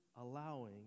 allowing